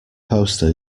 poster